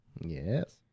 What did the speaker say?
Yes